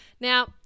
Now